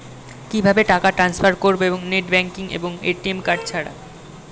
কিভাবে টাকা টান্সফার করব নেট ব্যাংকিং এবং এ.টি.এম কার্ড ছাড়া?